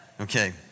Okay